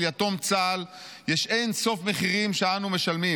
יתום צה"ל יש אין-סוף מחירים שאנו משלמים.